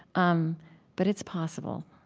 um but it's possible.